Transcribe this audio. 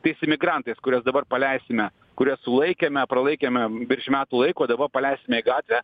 tais imigrantais kuriuos dabar paleisime kuriuos laikėme pralaikėme virš metų laiko daba paleisime į gatvę